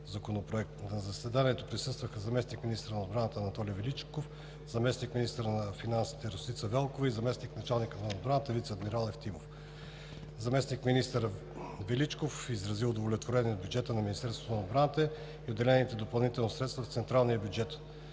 2020 г. На заседанието присъстваха заместник-министърът на отбраната Анатолий Величков, заместник-министърът на финансите Росица Велкова и заместник-началникът на отбраната контраадмирал Емил Ефтимов. Заместник-министър Величков изрази удовлетворение от бюджета на Министерството на отбраната и отделените допълнителни средства в централния бюджет.